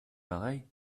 pareil